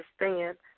understand